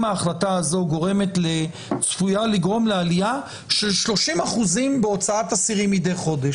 ההחלטה הזאת צפויה לגרום לעלייה של 30% בהוצאת אסירים מידי חודש.